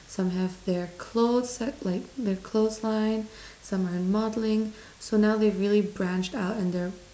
some have their clothes like their clothes line some are in modelling so now they really branched out and their